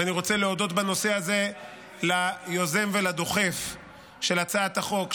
ואני רוצה להודות בנושא הזה ליוזם ולדוחף של הצעת החוק,